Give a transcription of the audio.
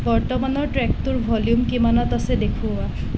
বৰ্তমানৰ ট্ৰেকটোৰ ভলিউম কিমানত আছে দেখুওৱা